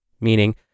meaning